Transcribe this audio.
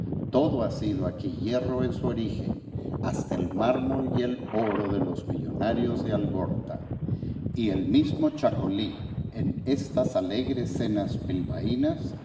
todo ha sido aquí hierro en su origen hasta el mármol y el oro de los millonarios de algorta y el mismo chacolí en estas alegres cenas